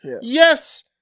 Yes